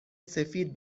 سفید